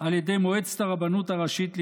על ידי מועצת הרבנות הראשית לישראל.